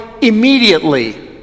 immediately